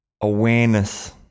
awareness